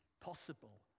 possible